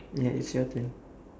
ya it's your turn